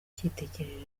cyitegererezo